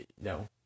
No